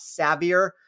savvier